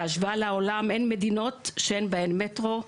בהשוואה לעולם אין מדינות שאין בהן מטרו,